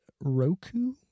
Roku